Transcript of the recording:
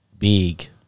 Big